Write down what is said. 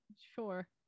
Sure